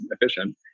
efficient